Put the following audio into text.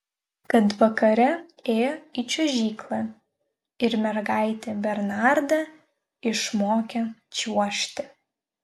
kad vakare ėjo į čiuožyklą ir mergaitė bernardą išmokė čiuožti